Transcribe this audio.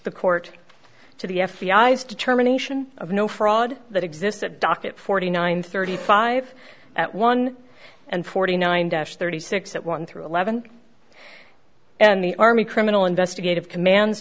the court to the f b i s determination of no fraud that exists that docket forty nine thirty five at one and forty nine dash thirty six that one through eleven and the army criminal investigative commands